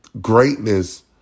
greatness